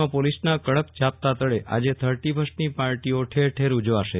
કચ્છમાં પોલીસના કડક જાપ્તા તળે આજે થર્ટીફર્સ્ટની પાર્ટીઓ ઠેરઠેર ઉજવાશે